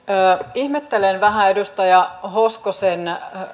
ihmettelen vähän edustaja hoskosen